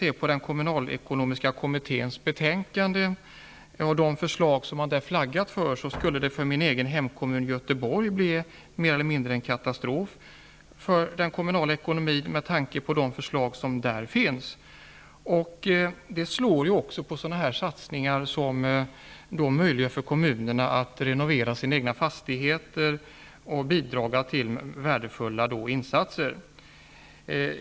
De förslag som kommunalekonomiska kommittén har flaggat med i sitt betänkande skulle för min hemkommun Göteborg mer eller mindre bli en ekonomisk katastrof. De slår också mot sådana satsningar som möjliggör för kommunerna att renovera sina egna fastigheter eller har andra värdefulla effekter.